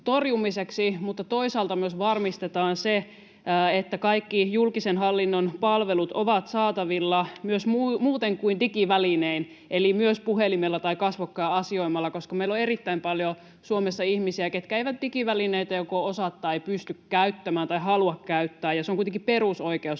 mutta toisaalta myös varmistetaan se, että kaikki julkisen hallinnon palvelut ovat saatavilla myös muuten kuin digivälinein eli myös puhelimella tai kasvokkain asioimalla, koska meillä on erittäin paljon Suomessa ihmisiä, jotka eivät digivälineitä joko osaa tai pysty käyttämään tai halua käyttää, ja on kuitenkin perusoikeus